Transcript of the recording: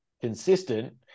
consistent